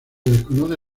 desconoce